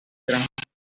transporte